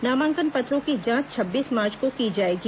नामांकन पत्रों की जांच छब्बीस मार्च को की जाएगी